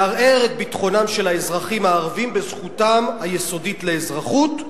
לערער את ביטחונם של האזרחים הערבים בזכותם היסודית לאזרחות,